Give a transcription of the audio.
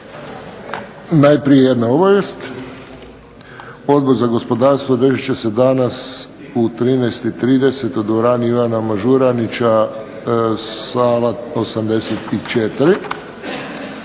Najprije jedna obavijest. Odbor za gospodarstvo održat će se danas u 13,30 u dvorani Ivana Mažuranića, sala 84.